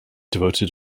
devoted